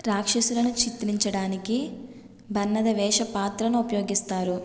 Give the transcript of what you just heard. రాక్షసులను చిత్రించడానికి బణ్ణద వేష పాత్రను ఉపయోగిస్తారు